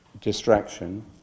distraction